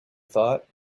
thought